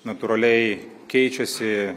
natūraliai keičiasi